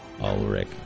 Ulrich